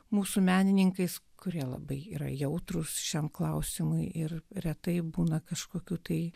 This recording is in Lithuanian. mūsų menininkais kurie labai yra jautrūs šiam klausimui ir retai būna kažkokių tai